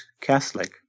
Catholic